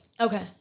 Okay